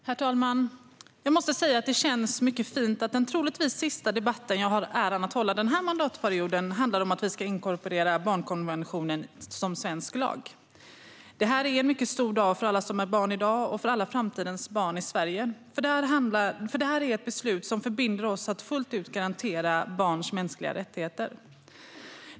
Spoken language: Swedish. Herr talman! Jag måste säga att det känns mycket fint att den troligtvis sista debatten jag har äran att genomföra under den här mandatperioden handlar om att vi ska inkorporera barnkonventionen i svensk lag. Det här är en mycket stor dag för alla som är barn i dag och för alla framtidens barn i Sverige, för det här är ett beslut som förbinder oss att fullt ut garantera barns mänskliga rättigheter.